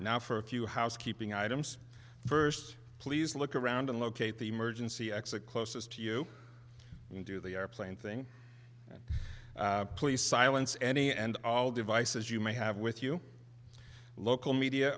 now for a few housekeeping items first please look around and locate the emergency exit closest you can do the airplane thing please silence any and all devices you may have with you local media